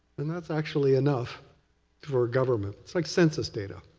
and that's actually enough for a government. it's like census data.